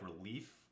relief